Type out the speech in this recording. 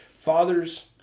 Fathers